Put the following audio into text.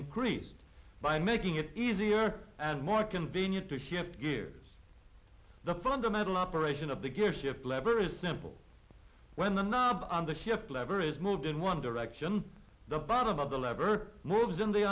increased by making it easier and more convenient to hit gears the fundamental operation of the gear shift lever is simple when the knob on the shift lever is moved in one direction the bottom of the lever moves in the